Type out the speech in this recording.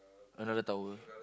another tower